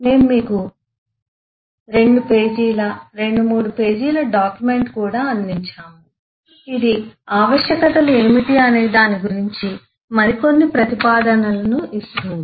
మేము మీకు 2 పేజీల 2 3 పేజీల డాక్యుమెంట్ కూడా అందించాము ఇది ఆవశ్యకతలు ఏమిటి అనే దాని గురించి మరికొన్ని ప్రతిపాదనలను ఇస్తుంది